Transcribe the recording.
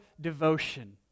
devotion